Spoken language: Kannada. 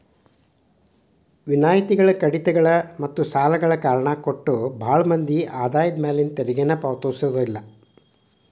ವಿನಾಯಿತಿಗಳ ಕಡಿತಗಳ ಮತ್ತ ಸಾಲಗಳ ಕಾರಣ ಕೊಟ್ಟ ಭಾಳ್ ಮಂದಿ ಆದಾಯದ ಮ್ಯಾಲಿನ ತೆರಿಗೆನ ಪಾವತಿಸೋದಿಲ್ಲ